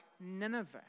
Nineveh